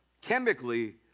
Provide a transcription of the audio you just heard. Chemically